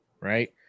Right